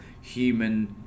human